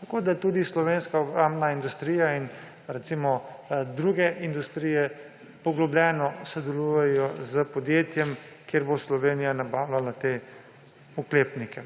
Tako da tudi slovenska obrambna industrija in druge industrije poglobljeno sodelujejo s podjetjem, pri katerem bo Slovenije nabavljala te oklepnike.